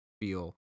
feel